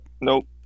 Nope